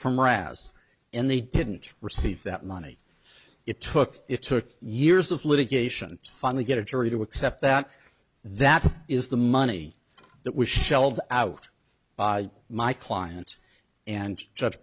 from ras and they didn't receive that money it took it took years of litigation finally get a jury to accept that that is the money that was shelled out by my client and judge